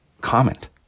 comment